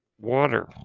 Water